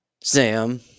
Sam